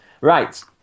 Right